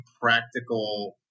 practical